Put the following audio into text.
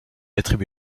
attribué